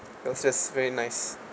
that was just very nice